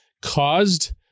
caused